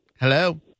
Hello